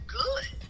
good